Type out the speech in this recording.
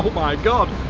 my god.